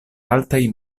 altaj